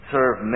serve